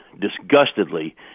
disgustedly